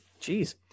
Jeez